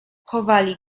chowali